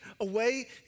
away